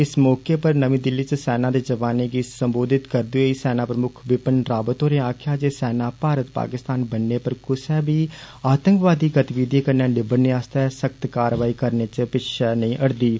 इस मौके पर नमीं दिल्ली च सेना दे जवाने गी सम्बोधित करदे होई सेना प्रमुक्ख विपिन रावत होरे आक्खेआ जे सेना भारत पाकिस्तान बन्ने पर कुसै बी आतंकवादी गतिविधियें कन्नै निबड़ने आस्तै सख्त कारवाई करने च कदें पिच्छें नेई हटदी ऐ